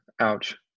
ouch